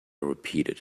repeated